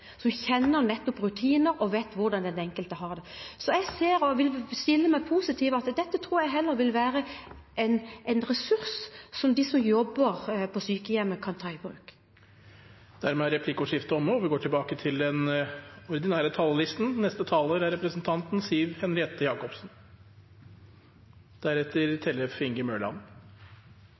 som nettopp kjenner rutiner og vet hvordan den enkelte har det. Så jeg vil stille meg positiv til og tror at dette heller vil være en ressurs som de som jobber på sykehjemmet, kan ta i bruk. Replikkordskiftet er omme.